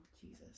Jesus